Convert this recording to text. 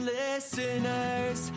listeners